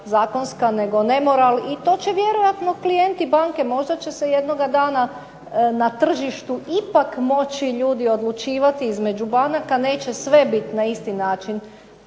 zakonska, nego nemoral i to će vjerojatno klijenti banke, možda će se jednoga dana na tržištu ipak moći ljudi odlučivati između banaka, neće sve biti na isti način